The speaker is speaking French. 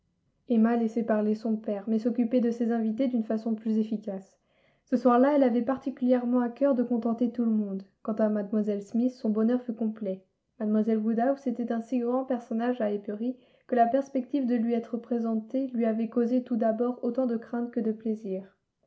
emma laissait parler son père mais s'occupait de ses invitées d'une façon plus efficace ce soir-là elle avait particulièrement à cœur de contenter tout le monde quant à mlle smith son bonheur fut complet mlle woodhouse était un si grand personnage à highbury que la perspective de lui être présentée lui avait causé tout d'abord autant de crainte que de plaisir